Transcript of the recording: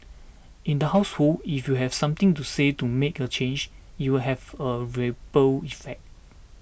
in the household if you've something to say to make a change it will have a ripple effect